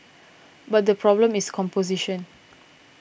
but the problem is composition